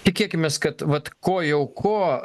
tikėkimės kad vat ko jau ko